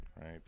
Right